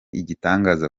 igitangaza